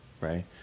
right